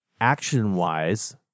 action-wise